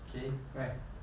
okay right